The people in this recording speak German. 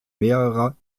mehrerer